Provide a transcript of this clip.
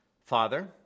Father